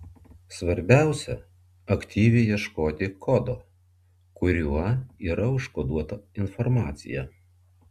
svarbiausia aktyviai ieškoti kodo kuriuo yra užkoduota informacija